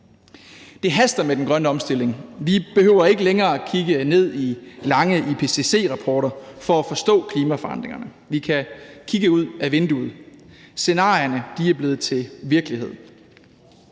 Det haster med den grønne omstilling. Vi behøver ikke længere kigge ned i lange i IPCC-rapporter for at forstå klimaforandringerne. Vi kan kigge ud ad vinduet. Scenarierne er blevet til virkelighed.